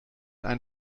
ein